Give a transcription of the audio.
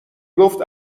گفت